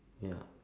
ya